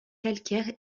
calcaires